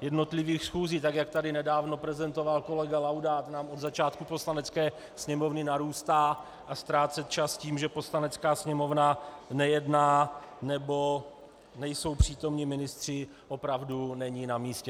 jednotlivých schůzí, tak jak tady nedávno prezentoval kolega Laudát, nám od začátku Poslanecké sněmovny narůstá a ztrácet čas tím, že Poslanecká sněmovna nejedná nebo že nejsou přítomni ministři, opravdu není namístě.